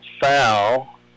foul